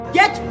get